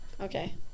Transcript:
okay